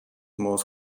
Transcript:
most